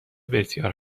بسیار